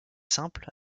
simple